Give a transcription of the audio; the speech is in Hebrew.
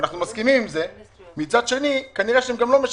אנחנו ביקשנו שני דברים ואני חושב שאם היו נענים להם,